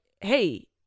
Hey